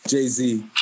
Jay-Z